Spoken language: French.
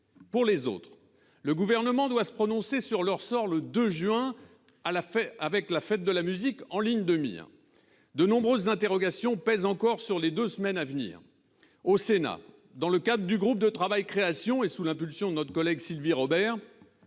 Pour les autres, le Gouvernement doit se prononcer le 2 juin, avec la Fête de la musique en ligne de mire. De nombreuses interrogations pèsent encore sur les deux semaines à venir. Au Sénat, dans le cadre du groupe de travail « Création », et sous l'impulsion de notre collègue Sylvie Robert,